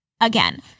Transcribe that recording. Again